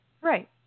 right